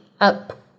up